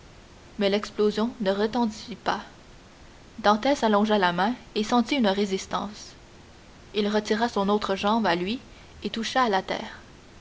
mais l'explosion ne retentit pas dantès allongea la main et sentit une résistance il retira son autre jambe à lui et toucha la terre